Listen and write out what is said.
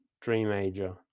dream-ager